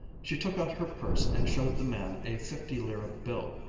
she took out her purse and showed the man a fifty-lire bill.